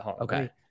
okay